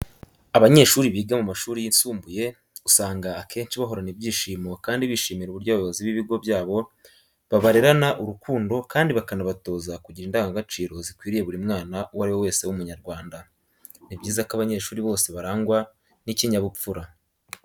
Abanyeshuri biga mu mashuri yisumbuye usanga akenshi bahorana ibyishimo kandi bishimira uburyo abayobozi b'ibigo byabo babarerana urukundo kandi bakanabatoza kugira indagagaciro zikwiriye buri mwana uwo ari we wese w'Umunyarwanda. Ni byiza ko abanyeshuri bose barangwa n'ikinyabupfura.